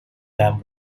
them